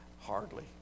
Hardly